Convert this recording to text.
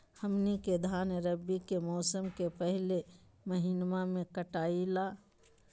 हमनी के धान रवि के मौसम के पहले महिनवा में कटाई ला